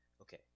okay